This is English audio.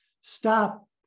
stop